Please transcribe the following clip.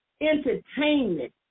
entertainment